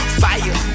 fire